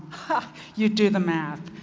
ah you do the math.